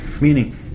meaning